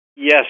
Yes